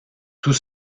tout